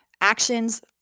actions